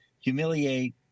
humiliate